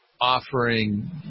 offering